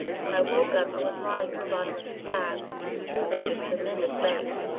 when i woke up i was lying at the bottom of the cab, which was moving at a tremendous rate.